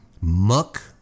muck